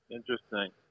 Interesting